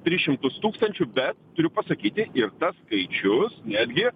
tris šimtus tūkstančių bet turiu pasakyti ir tas skaičius netgi